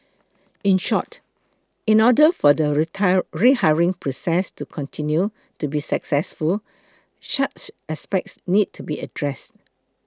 in short in order for the rehiring process to continue to be successful such aspects need to be addressed